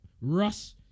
Russ